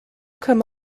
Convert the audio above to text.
come